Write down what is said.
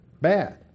bad